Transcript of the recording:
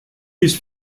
his